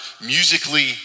musically